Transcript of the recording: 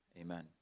Amen